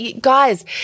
guys